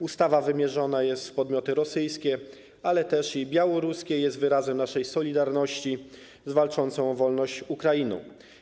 Ustawa wymierzona jest w podmioty rosyjskie, ale też białoruskie i jest wyrazem naszej solidarności z walczącą o wolność Ukrainą.